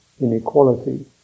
inequality